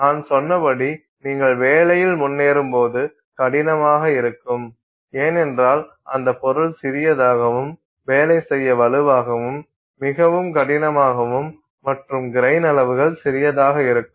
நான் சொன்னபடி நீங்கள் வேலையில் முன்னேறும்போது கடினமாக இருக்கும் ஏனென்றால் அந்த பொருள் சிறியதாகவும் வேலை செய்ய வலுவாகவும் மிகவும் கடினமாகவும் மற்றும் கிரைன் அளவுகள் சிறியதாக இருக்கும்